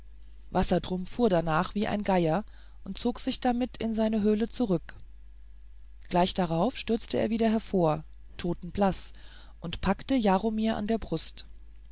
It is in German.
an wassertrum fuhr danach wie ein geier und zog sich damit in seine höhle zurück gleich darauf stürzte er wieder hervor totenblaß und packte jaromir an der brust